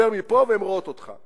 אתה מדבר מפה והן רואות אותך.